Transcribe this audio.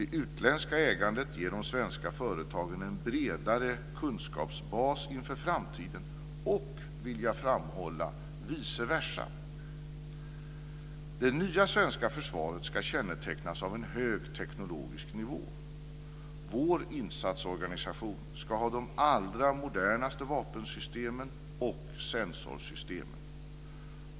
Det utländska ägandet ger de svenska företagen en bredare kunskapsbas inför framtiden och, vill jag framhålla, vice versa. Det nya svenska försvaret ska kännetecknas av en hög teknologisk nivå. Vår insatsorganisation ska ha de allra modernaste vapensystemen och sensorsystemen.